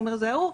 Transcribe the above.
זה אמר: זה ההוא.